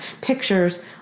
pictures